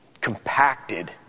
compacted